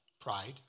Pride